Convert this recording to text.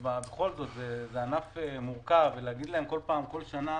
בכל זאת, זה ענף מורכב ולהגיד להם לבוא כל שנה,